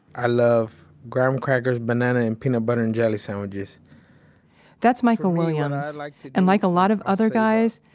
i love graham crackers, banana, and peanut butter and jelly sandwiches that's michael williams, like and like a lot of other guys,